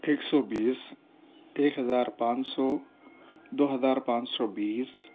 ایک سو بیس ایک ہزار پانچ سو دو ہزار پانچ سو بیس